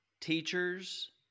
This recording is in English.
teachers